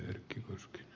arvoisa puhemies